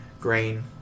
grain